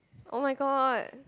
[oh]-my-god